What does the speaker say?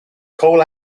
coal